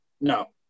No